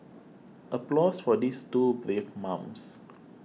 applause for these two brave mums